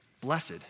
blessed